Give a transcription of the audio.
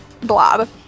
blob